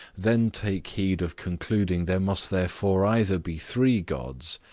then take heed of concluding there must therefore either be three gods,